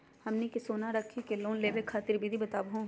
हमनी के सोना रखी के लोन लेवे खातीर विधि बताही हो?